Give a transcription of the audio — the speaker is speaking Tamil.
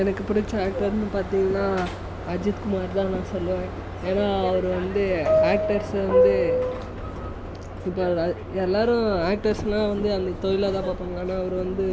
எனக்கு பிடிச்ச ஆக்டர்ன்னு பார்த்தீங்கன்னா அஜித் குமார் தான் நான் சொல்லுவேன் ஏன்னா அவர் வந்து ஆக்டர்ஸ் வந்து இப்போ எல் எல்லாரும் ஆக்ட்டர்ஸ்ன்னா வந்து அந்த தொழிலா தான் பார்ப்பாங்க ஆனால் அவர் வந்து